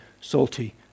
salty